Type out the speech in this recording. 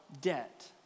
debt